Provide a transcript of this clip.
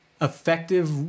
effective